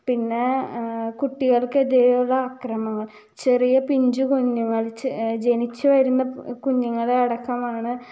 പിന്നെ കുട്ടികൾക്കെതിരെയുള്ള ആക്രമണം ചെറിയ പിഞ്ചു കുഞ്ഞുങ്ങൾ ജനിച്ച് വരുന്ന കുഞ്ഞുങ്ങളെ അടക്കമാണ്